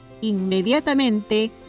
inmediatamente